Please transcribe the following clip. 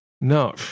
no